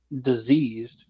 diseased